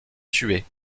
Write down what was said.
tué